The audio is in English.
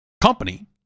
company